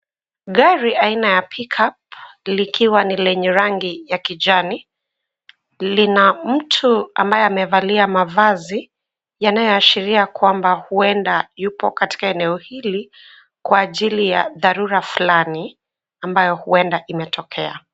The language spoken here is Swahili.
Gari aina ya pick up likiwa ni lenye rangi ya kijani lina mtu ambaye amevalia mavazi yanayo ashiria kwamba huenda yupo katika eneo hili kwa ajili ya dharuraa flani ambayo huenda imetokea.